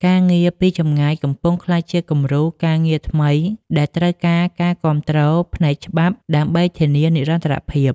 ការងារពីចម្ងាយកំពុងក្លាយជាគំរូការងារថ្មីដែលត្រូវការការគាំទ្រផ្នែកច្បាប់ដើម្បីធានានិរន្តរភាព។